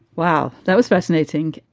wow, that was fascinating.